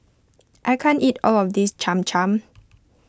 I can't eat all of this Cham Cham